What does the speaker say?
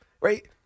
right